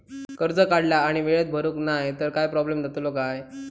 कर्ज काढला आणि वेळेत भरुक नाय तर काय प्रोब्लेम जातलो काय?